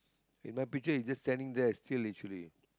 in my picture he is just standing there still literally